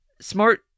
smart